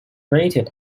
rated